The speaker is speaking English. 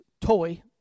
toy